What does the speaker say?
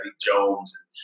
Jones